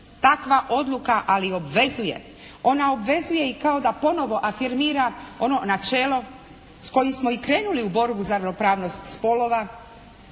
Takva odluka ali i obvezuje. Ona obvezuje i kao da ponovno afirmira ono načelo s kojim smo i krenuli u borbu za ravnopravnost spolova